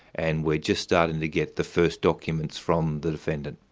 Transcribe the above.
and we're just starting to get the first documents from the defendant.